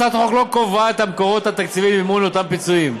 הצעת החוק לא קובעת את המקורות התקציביים למימון אותם פיצויים,